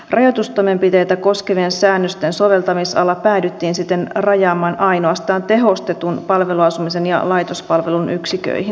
rajoitustoimenpiteitä koskevien säännösten soveltamisala päädyttiin siten rajaamaan ainoastaan tehostetun palveluasumisen ja laitospalvelun yksiköihin